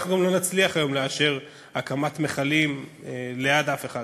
אנחנו לא נצליח היום לאשר הקמת מכלים ליד אף אחד,